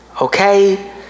okay